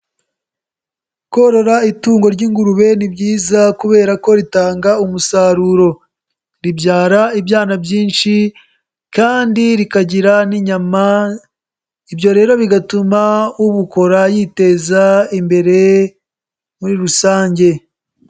Korora itungo ry'ingurube ni byiza kubera ko ritanga umusaruro, ribyara ibyana byinshi kandi rikagira n'inyama, ibyo rero bigatuma ubukora yiteza imbere muri rusange.